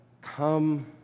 come